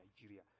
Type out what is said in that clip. Nigeria